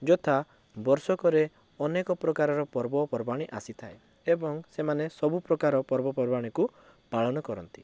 ଯଥା ବର୍ଷକରେ ଅନେକ ପ୍ରକାରର ପର୍ବପର୍ବାଣି ଆସିଥାଏ ଏବଂ ସେମାନେ ସବୁ ପ୍ରକାର ପର୍ବପର୍ବାଣି କୁ ପାଳନ କରନ୍ତି